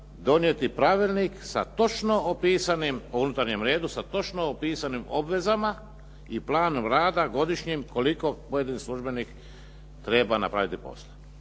o unutarnjem redu sa točno opisanim obvezama i planom rada godišnjim koliko pojedini službenik treba napraviti posla.